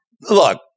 Look